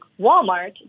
Walmart